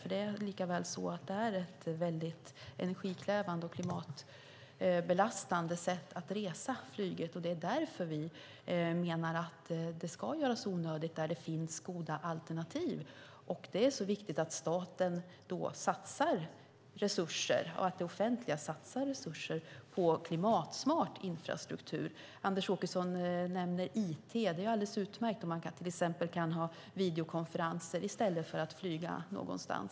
Flyget är ett väldigt energikrävande och klimatbelastande sätt att resa. Därför menar vi att flyget ska göras onödigt där det finns goda alternativ. Det är viktigt att staten, det offentliga, satsar resurser på klimatsmart infrastruktur. Anders Åkesson nämnde it. Det är alldeles utmärkt om man i stället för att flyga till någon plats kan ha till exempel videokonferenser.